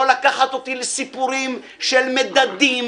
לא לקחת אותי לסיפורים של מדדים,